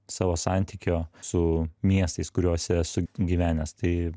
savo santykio su miestais kuriuose esu gyvenęs tai